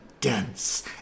dense